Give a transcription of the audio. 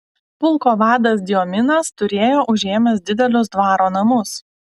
pulko vadas diominas turėjo užėmęs didelius dvaro namus